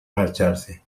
marcharse